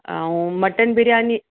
ऐं मटन बिरयानी